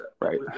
right